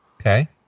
Okay